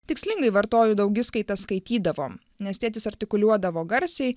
tikslingai vartoju daugiskaitą skaitydavom nes tėtis artikuliuodavo garsiai